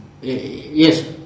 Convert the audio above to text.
yes